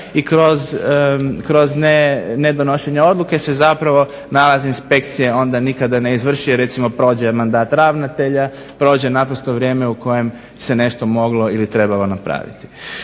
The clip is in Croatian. i kroz nedonošenje odluke se zapravo nalaz inspekcije onda nikada ne izvrši jer recimo prođe mandat ravnatelja, prođe naprosto vrijeme u kojem se moglo ili trebalo napraviti.